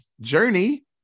journey